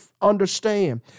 understand